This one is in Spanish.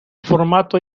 formato